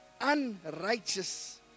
unrighteous